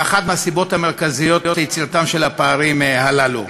הן אחת מהסיבות המרכזיות ליצירתם של הפערים הללו.